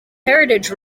heritage